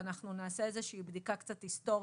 נעשה בדיקה היסטורית,